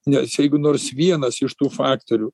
nes jeigu nors vienas iš tų faktorių